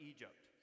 Egypt